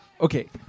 Okay